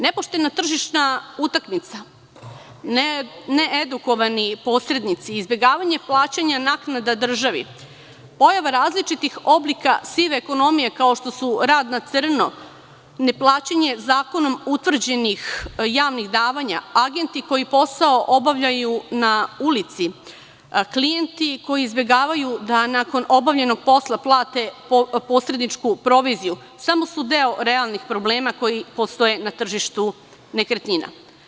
Nepoštena tržišna utakmica, needukovani posrednici, izbegavanje plaćanja naknada državi, pojava različitih oblika sive ekonomije, kao što su rad na crno, ne plaćanje zakonom utvrđenih javnih davanja, agenti koji posao obavljaju na ulici, klijenti koji izbegavaju da nakon obavljenog posla plate posredničku proviziju, samo su deo realnih problema koji postoje na tržištu nekretnina.